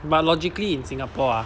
but logically in singapore ah